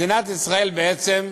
מדינת ישראל בעצם,